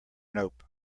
nope